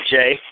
Jay